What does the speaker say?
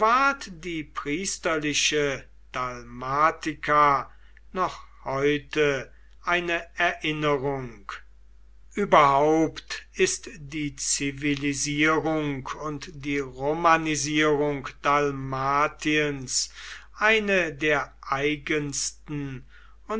die priesterliche dalmatica noch heute eine erinnerung überhaupt ist die zivilisierung und die romanisierung dalmatiens eine der eigensten